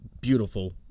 beautiful